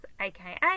aka